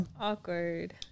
Awkward